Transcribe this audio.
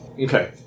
Okay